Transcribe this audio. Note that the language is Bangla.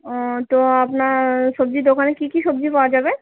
ও তো আপনার সবজির দোকানে কি কি সবজি পাওয়া যাবে